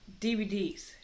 dvds